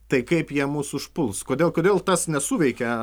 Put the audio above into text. tai kaip jie mus užpuls kodėl kodėl tas nesuveikia